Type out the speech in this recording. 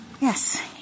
Yes